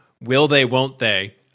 will-they-won't-they